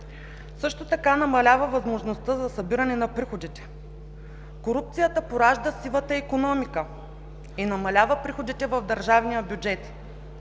също така намалява възможността за събиране на приходите. Корупцията поражда сивата икономика и намалява приходите в Държавния бюджет.